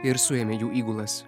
ir suėmė jų įgulas